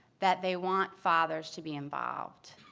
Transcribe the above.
that they want fathers to be involved,